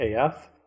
AF